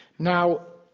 now,